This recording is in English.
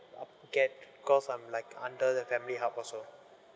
app~ get cause I'm like under the family hub also